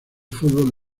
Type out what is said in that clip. fútbol